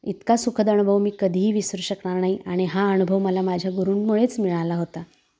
इतका सुखद अनुभव मी कधीही विसरू शकणार नाही आणि हा अनुभव मला माझ्या गुरुंमुळेच मिळाला होता